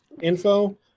info